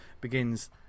begins